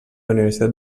universitat